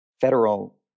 federal